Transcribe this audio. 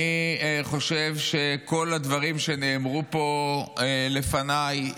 אני חושב שכל הדברים שנאמרו פה לפניי,